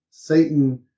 satan